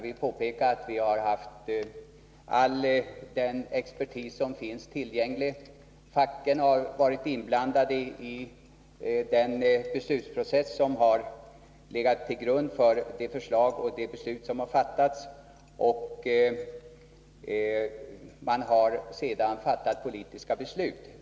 Vi har haft all den expertis som finns tillgänglig, facken har varit inblandade i den process som legat till grund för de förslag som utarbetats, och man har sedan fattat politiska beslut.